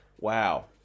Wow